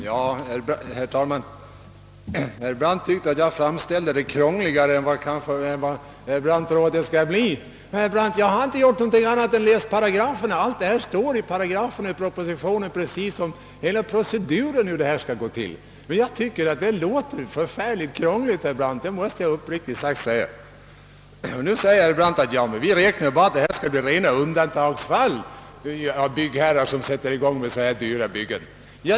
Herr talman! Herr Brandt tyckte att jag framställde det krångligare än vad han tror att det skall bli. Herr Brandt, jag har inte gjort något annat än läst paragraferna. Allt detta står i propositionen liksom hela proceduren hur det hela skall gå till. Och jag tycker det låter förfärligt krångligt, herr Brandt. Nu säger herr Brandt att vi bara räknar med att det skall bli rena undantagsfall då byggherrar sätter i gång så här dyra byggen.